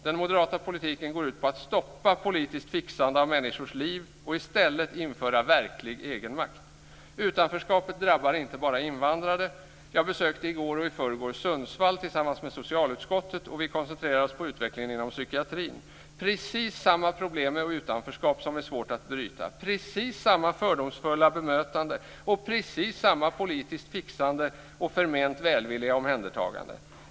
Den moderata politiken går ut på att stoppa det politiska fixandet av människors liv och i stället införa verklig egenmakt. Utanförskapet drabbar inte bara invandrare. Jag besökte i går och i förrgår Sundsvall tillsammans med socialutskottet. Vi koncentrerade oss på utvecklingen inom psykiatrin - precis samma problem med utanförskap som är svårt att bryta, precis samma fördomsfulla bemötande och precis samma politiska fixande och förment välvilliga omhändertagande.